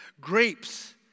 Grapes